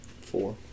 Four